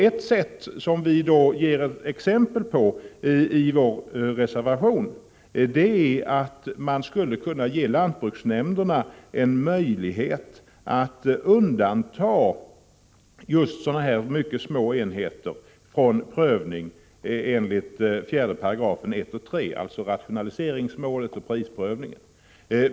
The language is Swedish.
Ett exempel som vi ger i vår reservation är att man skulle kunna ge lantbruksnämnderna möjlighet att undanta just sådana här mycket små enheter från prövning enligt JFL 4 § 1 och 3, dvs. prisoch rationaliseringsprövningen.